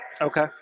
Okay